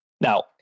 Now